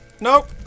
Nope